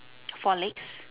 four legs